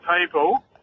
people